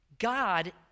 God